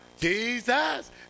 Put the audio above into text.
Jesus